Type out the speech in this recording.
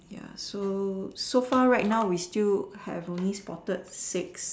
ya so so far right now we still have only spotted six